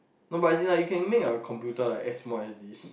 no but as in like you can make a computer like as small as this